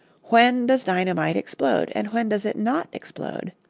when does dynamite explode, and when does it not explode?